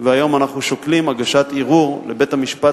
והיום אנחנו שוקלים הגשת ערעור לבית-המשפט